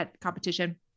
competition